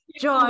Joy